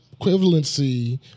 equivalency